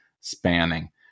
spanning